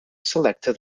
selected